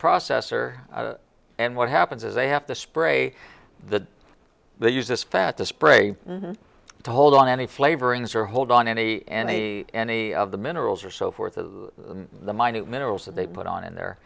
processor and what happens is they have to spray the they use this fat the spray to hold on any flavorings or hold on any any any of the minerals or so forth the minute minerals that they put on in there